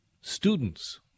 Students